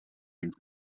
d’une